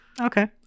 Okay